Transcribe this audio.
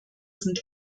sind